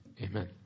Amen